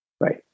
right